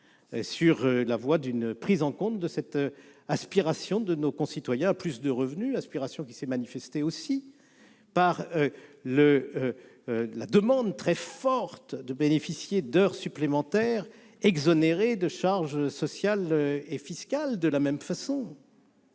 sur la voie d'une prise en compte de cette aspiration de nos concitoyens à plus de revenus, aspiration qui s'est également manifestée par une demande très forte à pouvoir bénéficier d'heures supplémentaires exonérées de charges sociales et fiscales. Il est